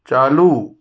चालू